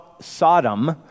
Sodom